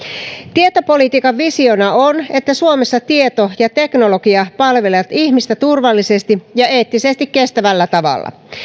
tietopolitiikan visiona on että suomessa tieto ja teknologia palvelevat ihmistä turvallisesti ja eettisesti kestävällä tavalla